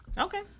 Okay